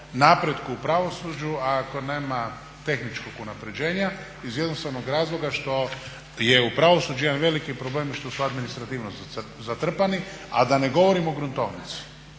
napretku u pravosuđu ako nema tehničkog unapređenja iz jednostavnog razloga što je u pravosuđu jedan veliki problem što su administrativno zatrpani, a da ne govorim o gruntovnici